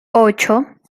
ocho